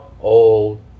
old